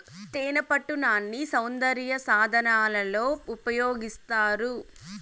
తేనెపట్టు నాన్ని సౌందర్య సాధనాలలో ఉపయోగిస్తారు